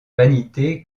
vanité